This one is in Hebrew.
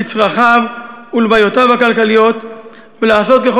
לצרכיו ולבעיותיו הכלכליות ולעשות ככל